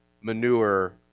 manure